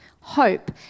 hope